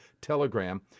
Telegram